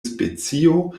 specio